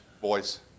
boys